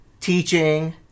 Teaching